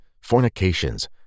fornications